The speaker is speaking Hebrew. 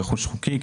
ברכוש חוקי,